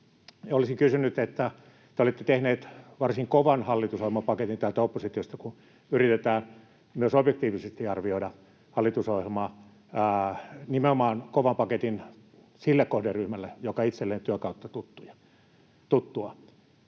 Olisin kysynyt: Te olette tehneet varsin kovan hallitusohjelmapaketin — täältä oppositiosta kun yritetään myös objektiivisesti arvioida hallitusohjel-maa —, nimenomaan kovan paketin sille kohderyhmälle, joka itselleni on työn kautta tuttu.